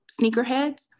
sneakerheads